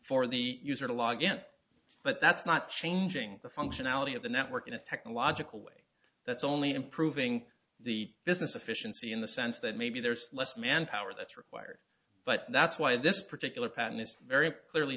for the user to log in but that's not changing the functionality of the network in a technological way that's only improving the business efficiency in the sense that maybe there's less manpower that's required but that's why this particular pattern is very clearly